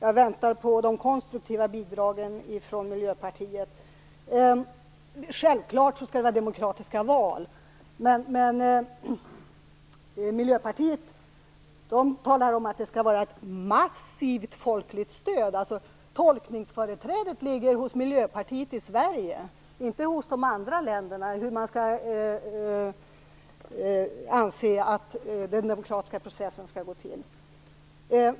Jag väntar på de konstruktiva bidragen från Miljöpartiet. Självklart skall det vara demokratiska val, men Miljöpartiet talar om att det skall vara ett massivt folkligt stöd. Tolkningsföreträdet ligger hos Miljöpartiet i Sverige - inte hos de andra länderna - av hur man skall anse att den demokratiska processen skall gå till.